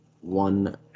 one